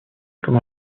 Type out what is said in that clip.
comme